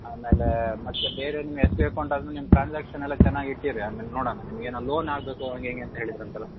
ಆಮೇಲೆ ಮತ್ತೆ ಬೇರೆ ನಿಮ್ಮ ಯೆಸ್ ಬಿ ಅಕೌಂಟ್ ಆದ್ರೂ ನಿಮ್ಮ ಟ್ರಾನ್ಸಾಕ್ಷನ್ ಎಲ್ಲ ಚೆನ್ನಾಗಿ ಇಟ್ಟಿರಿ ಆಮೇಲೆ ನೋಡೋಣ ನಿಮಗೆ ಏನೋ ಲೋನ್ ಆಗಬೇಕು ಹಾಗೆ ಹೀಗೆ ಅಂತ ಹೇಳಿದ್ರಂತಲ್ಲ